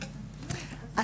המוניציפאליות.